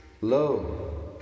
Lo